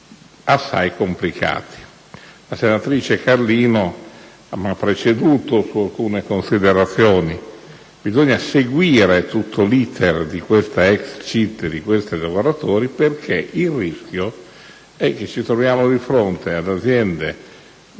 assai complicati. La senatrice Carlino mi ha preceduto su alcune considerazioni: bisogna seguire tutto l'*iter* della ex CIT e di questi lavoratori, perché il rischio è di trovarci di fronte ad aziende